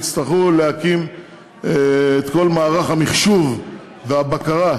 יצטרכו להקים את כל מערך המחשוב והבקרה,